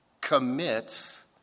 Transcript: commits